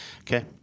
Okay